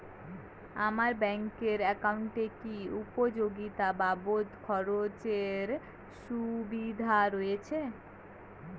আমার ব্যাংক এর একাউন্টে কি উপযোগিতা বাবদ খরচের সুবিধা রয়েছে?